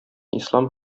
ислам